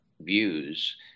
views